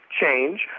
change